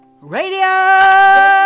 Radio